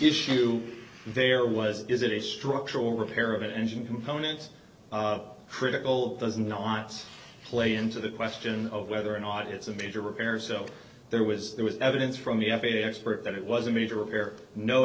issue there was is it a structural repair of an engine components critical does not play into the question of whether or not it's a major repairs so there was there was evidence from the f a a expert that it was a major error no